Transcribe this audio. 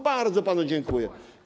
Bardzo panu dziękuję.